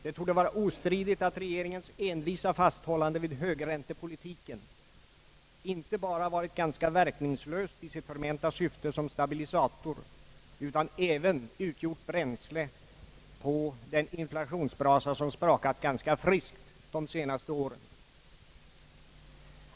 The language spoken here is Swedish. Det torde vara ostridigt att regeringens envisa fasthållande vid högräntepolitiken inte bara varit ganska verkningslöst i sitt förmenta syfte som stabilisator utan även utgjort bränsle på den inflationsbrasa som sprakat ganska friskt de senaste åren.